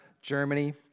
Germany